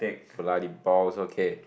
bloody balls okay